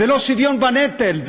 זה לא שוויון בנטל.